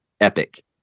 Epic